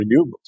renewables